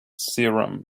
serum